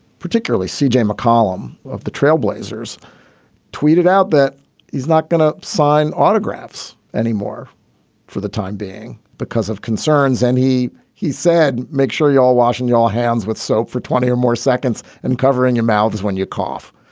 particularly c j. mccollum of the trailblazers tweeted out that he's not going to sign autographs anymore for the time being because of concerns. and he he said, make sure you all washing your hands with soap for twenty or more seconds and covering your mouth when you cough.